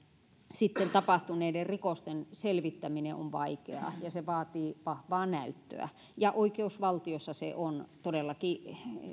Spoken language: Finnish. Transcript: sitten tapahtuneiden rikosten selvittäminen on vaikeaa ja se vaatii vahvaa näyttöä ja oikeusvaltiossa se on todellakin